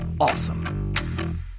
awesome